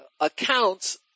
accounts